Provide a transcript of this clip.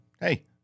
Hey